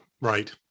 right